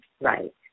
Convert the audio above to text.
Right